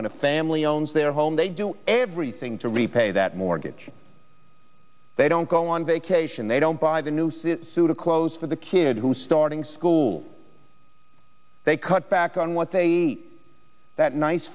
when a family owns their home they do everything to repay that mortgage they don't go on vacation they don't buy the nooses suit of clothes for the kid who starting school they cut back on what they eat that nice